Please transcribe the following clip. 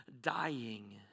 dying